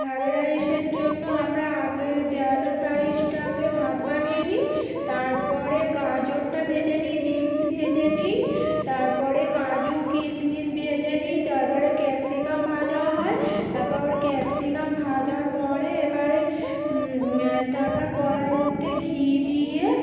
fried রাইসের জন্য আমরা আগে দেরাদুন রাইসটাকে ভাত বানিয়ে নিই তারপর গাজরটাকে ভেজে নিই বিনস ভেজে নিই তারপরে কাজু কিশমিশ ভেজে নিই তারপরে ক্যাপসিকাম ভাজা হয় তারপর ক্যাপসিকাম ভাজার পরে এবারে তারপরে কড়াইয়েতে ঘি দিয়ে